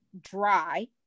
dry